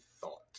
thought